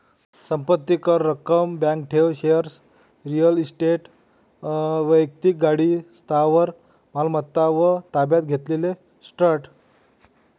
संपत्ती कर, रक्कम, बँक ठेव, शेअर्स, रिअल इस्टेट, वैक्तिक गाडी, स्थावर मालमत्ता व ताब्यात घेतलेले ट्रस्ट